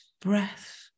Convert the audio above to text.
breath